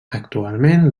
actualment